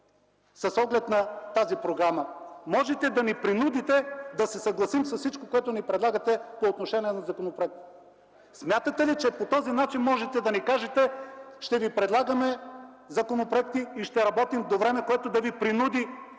с оглед на тази програма, можете да ни принудите да се съгласим с всичко, което ни предлагате по отношение на законопроектите?! Смятате ли, че по този начин можете да ни кажете: ще ви предлагаме законопроекти и ще работим до време, което да ви принуди,